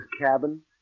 cabin